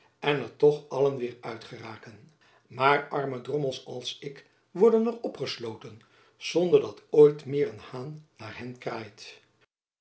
en er toch allen weêr uit geraken maar arme drommels als ik worden er opgesloten zonder dat ooit meer een haan naar hen kraait